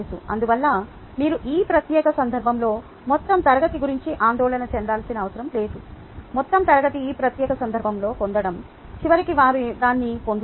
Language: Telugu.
అందువల్ల మీరు ఈ ప్రత్యేక సందర్భంలో మొత్తం తరగతి గురించి ఆందోళన చెందాల్సిన అవసరం లేదు మొత్తం తరగతి ఈ ప్రత్యేక సందర్భంలో పొందడం చివరికి వారు దాన్ని పొందుతారు